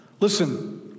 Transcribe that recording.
Listen